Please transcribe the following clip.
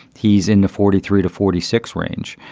he's in the forty three to forty six range.